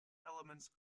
elements